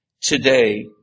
today